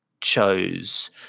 chose